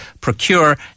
procure